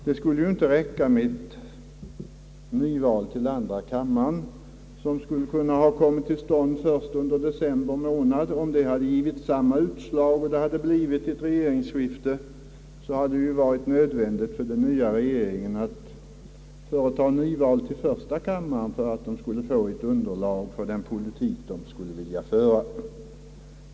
Det skulle ju inte räcka med ett nyval till andra kammaren, som skulle ha kunnat komma till stånd först under december månad. Om det givit samma utslag som kommunalvalet och det blivit ett regeringsskifte, skulle det ha varit nödvändigt för den nya regeringen att företa nyval också till första kammaren för att få underlag för den politik den ville föra.